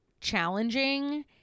challenging